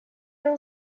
nou